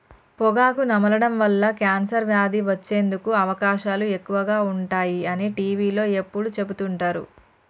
పొగాకు నమలడం వల్ల కాన్సర్ వ్యాధి వచ్చేందుకు అవకాశాలు ఎక్కువగా ఉంటాయి అని టీవీలో ఎప్పుడు చెపుతుంటారు